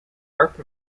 harp